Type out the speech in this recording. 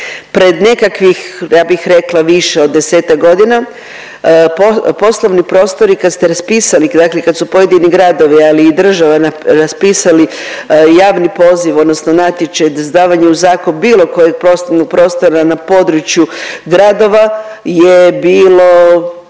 Pred nekakvih ja bih rekla više od desetak godina poslovni prostori kad ste raspisali, dakle kad su pojedini gradovi ali i država raspisali javni poziv odnosno natječaj za davanje u zakup bilo kojeg poslovnog prostora na području gradova je bilo,